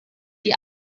die